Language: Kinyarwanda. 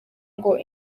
ngo